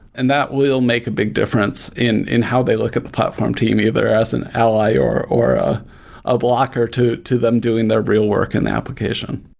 and that will make a big difference in in how they look at the platform team either as an ally or or ah a blocker to to them doing their real work and application.